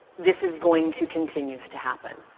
this is going to continue to happen.